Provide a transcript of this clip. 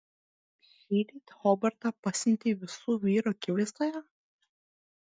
šįryt hobartą pasiuntei visų vyrų akivaizdoje